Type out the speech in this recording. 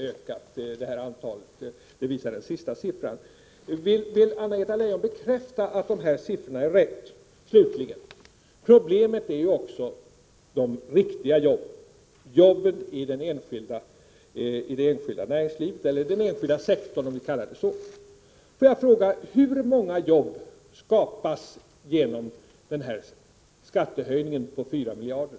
Antalet har nu ökat, vilket den sista siffran visar. Vill Anna-Greta Leijon bekräfta att dessa siffror är riktiga? Problemet är också de riktiga jobben, jobben i den enskilda sektorn, om vi kallar det så. Får jag fråga: Hur många jobb skapas genom skattehöjningen på 4 miljarder?